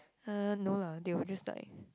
uh no lah they were just like